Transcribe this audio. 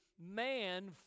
man